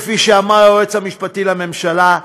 כפי שאמר היועץ המשפטי לממשלה,